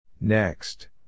Next